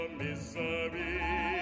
misery